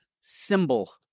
symbol